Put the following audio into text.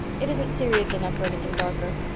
it isn't serious enough for anything darker.